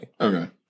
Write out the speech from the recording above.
okay